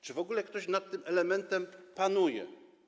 Czy w ogóle ktoś nad tym elementem panuje?